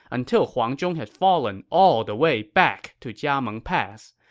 until huang zhong had fallen all the way back to jiameng pass,